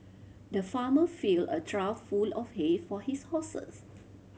the farmer filled a trough full of hay for his horses